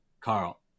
Carl